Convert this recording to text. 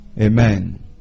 Amen